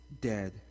dead